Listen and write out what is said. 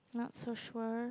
not so sure